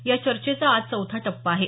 या चर्चेचा आज चौथा टप्पा आहे